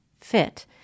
fit